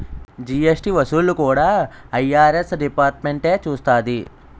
GST వసూళ్లు కూడా IRS డిపార్ట్మెంటే చూస్తాది